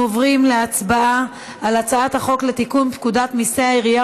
אנחנו עוברים להצבעה על הצעת החוק לתיקון פקודת מיסי העירייה